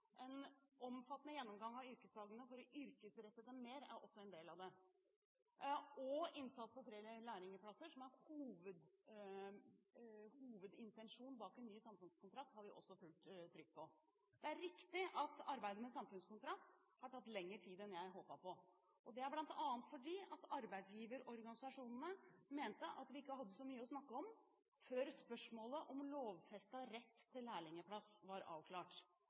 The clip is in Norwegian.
En omfattende gjennomgang av yrkesfagene for å yrkesrette dem mer er også en del av det, og vi har også fullt trykk når det gjelder innsats for flere lærlingplasser, som er hovedintensjonen bak en ny samfunnskontrakt. Det er riktig at arbeidet med en samfunnskontrakt har tatt lengre tid enn jeg håpet på. Det er bl.a. fordi arbeidsgiverorganisasjonene mente at vi ikke hadde så mye å snakke om før spørsmålet om lovfestet rett til lærlingplass var avklart.